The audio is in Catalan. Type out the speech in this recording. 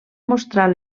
mostrar